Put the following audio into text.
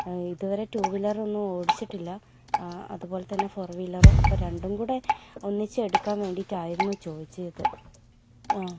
ഇതുവരെ two wheeler ഒന്നും ഓടിച്ചിട്ടില്ല അതുപോലെത്തന്നെ ഫോർ വീലറും അപ്പം രണ്ടും കൂടെ ഒന്നിച്ച് എടുക്കാൻ വേണ്ടിയിട്ടായിരുന്നു ചോദിച്ചത് ആ